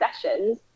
sessions